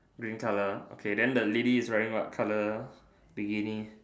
green color okay then the lady is wearing what color bikini